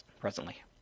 presently